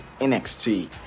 NXT